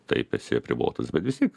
taip esi apribotas bet vis tiek